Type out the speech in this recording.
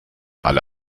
alle